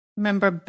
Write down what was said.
remember